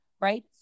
right